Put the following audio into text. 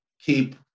keep